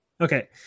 Okay